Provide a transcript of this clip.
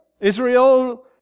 Israel